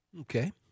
Okay